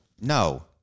No